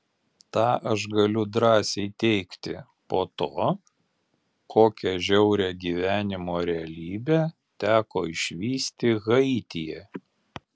tą aš galiu drąsiai teigti po to kokią žiaurią gyvenimo realybę teko išvysti haityje